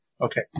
okay